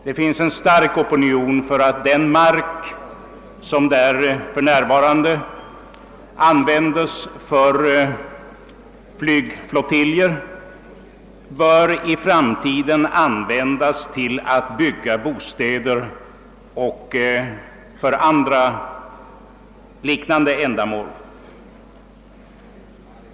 Det finns en stark opinion som anser att den mark som för närvarande utnyttjas av dessa två flygflottiljer i framtiden bör användas för bostadsändamål och liknande ändamål.